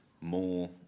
more